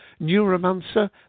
Neuromancer